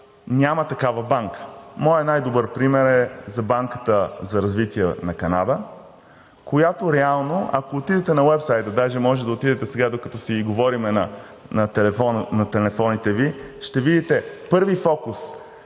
няма такава банка. Моят най-добър пример е за Банката за развитие на Канада, която реално, ако отидете на уебсайта, даже можете да отидете сега, докато си говорим, на телефоните Ви ще видите първи фокус: